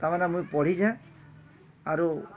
ତାମାନେ ମୁଇଁ ପଢ଼ିଛେଁ ଆରୁ